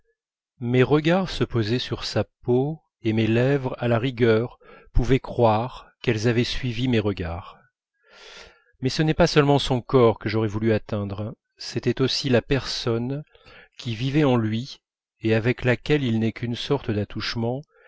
mes regards se posaient sur sa peau et mes lèvres à la rigueur pouvaient croire qu'elles avaient suivi mes regards mais ce n'est pas seulement son corps que j'aurais voulu atteindre c'était aussi la personne qui vivait en lui et avec laquelle il n'est qu'une sorte d'attouchement